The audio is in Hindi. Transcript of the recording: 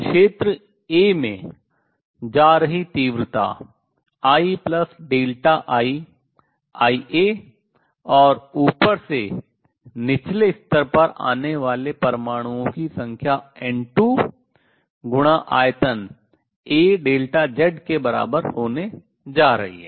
क्षेत्र a में जा रही तीव्रता II Ia और ऊपर से निचले स्तर पर आने वाले परमाणुओं की संख्या n2 गुना आयतन aΔZ के बराबर होने जा रही है